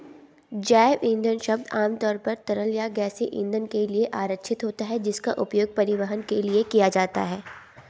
जैव ईंधन शब्द आमतौर पर तरल या गैसीय ईंधन के लिए आरक्षित होता है, जिसका उपयोग परिवहन के लिए किया जाता है